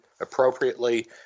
appropriately